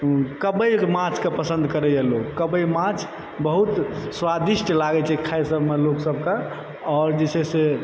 कब्बइ माछके पसन्द करै यऽ लोग कब्बइ माछ बहुत स्वादिष्ट लागै छै खाय सबमे लोग सबके और जे छै से